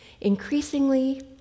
Increasingly